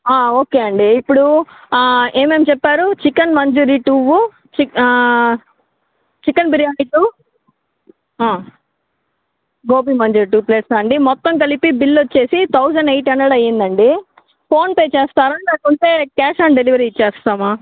okay అండి ఇప్పుడు ఏమేమి చెప్పారు చికెన్ మంజూరి two chicken biryani two gobi మంజూరి టు ప్లేట్సా అండి మొత్తం కలిపి బిల్లొచ్చేసి థౌసండ్ ఎయిట్ హండ్రెడ్ అయిందండి ఫోన్ పే చేస్తారా లేకుంటే క్యాష్ ఆన్ డెలివరీ ఇచ్చేస్తామా